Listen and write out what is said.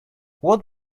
what